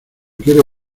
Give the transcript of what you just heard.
quiere